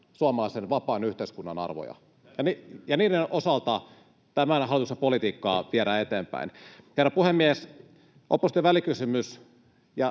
suomalaisen vapaan yhteiskunnan arvoja, ja niiden osalta tämän hallituksen politiikkaa viedä eteenpäin. Herra puhemies! Opposition välikysymys